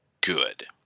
good